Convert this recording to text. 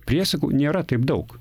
priesagų nėra taip daug